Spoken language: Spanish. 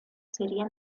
sería